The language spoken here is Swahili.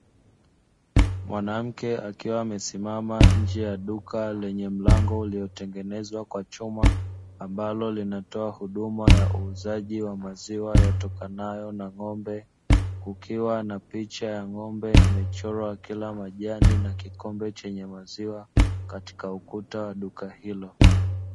Mwanamke akiwa amesimama nje ya duka lenye mlango uliotengenezwa kwa chuma ambalo linatoa huduma ya uuzaji wa maziwa yatokanayo na ng'ombe, kukiwa na picha ya ng'ombe imechorwa akila majani na kikombe chenye maziwa katika ukuta wa duka hilo.